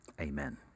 amen